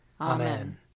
Amen